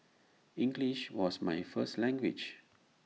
English was my first language